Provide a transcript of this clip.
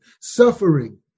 suffering